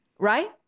Right